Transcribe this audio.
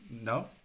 No